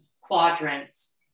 quadrants